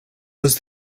was